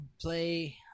play